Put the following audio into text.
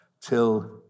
till